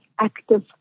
active